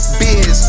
biz